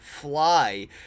fly